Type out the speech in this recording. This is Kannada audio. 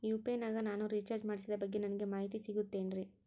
ಯು.ಪಿ.ಐ ನಾಗ ನಾನು ರಿಚಾರ್ಜ್ ಮಾಡಿಸಿದ ಬಗ್ಗೆ ನನಗೆ ಮಾಹಿತಿ ಸಿಗುತೇನ್ರೀ?